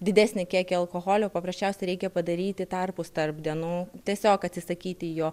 didesnį kiekį alkoholio paprasčiausiai reikia padaryti tarpus tarp dienų tiesiog atsisakyti jo